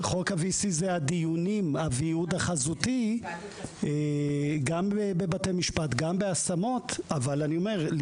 אלה הדיונים החזותיים, גם בבתי משפט, גם בהשמות.